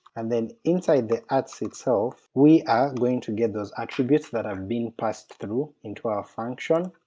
and then inside the atts itself, we are going to get those attributes that have been passed through into our function,